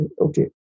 Okay